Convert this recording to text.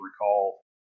recall